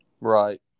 right